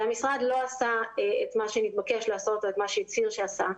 המשרד לא עשה את מה שנתבקש לעשות או את מה שהצהיר שעשה,